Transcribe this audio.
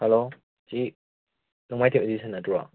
hello ꯁꯤ ꯅꯣꯡꯃꯥꯏꯊꯦꯝ edition ꯅꯠꯇ꯭ꯔꯣ